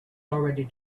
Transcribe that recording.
already